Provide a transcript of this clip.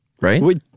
right